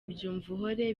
byumvuhore